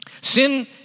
Sin